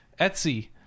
etsy